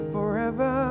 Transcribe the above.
Forever